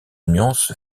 nuance